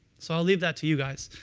so i'll leave that to you guys.